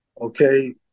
Okay